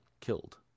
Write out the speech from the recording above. killed